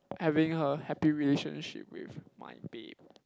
having her happy relationship with my babe